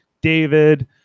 David